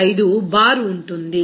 95 bar ఉంటుంది